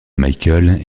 michael